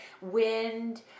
wind